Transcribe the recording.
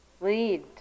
lead